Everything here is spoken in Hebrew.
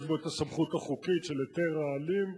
יש לו הסמכות החוקית להיתר רעלים,